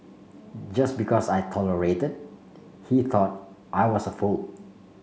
just because I tolerated he thought I was a fool